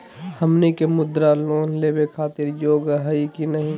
हमनी के मुद्रा लोन लेवे खातीर योग्य हई की नही?